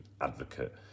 advocate